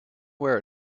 where